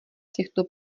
těchto